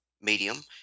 medium